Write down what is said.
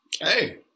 Hey